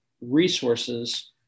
resources